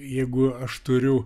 jeigu aš turiu